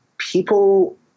people